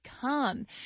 come